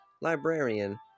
Librarian